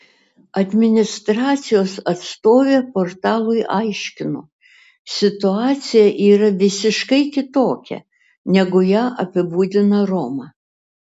administracijos atstovė portalui aiškino situacija yra visiškai kitokia negu ją apibūdina roma